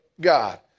God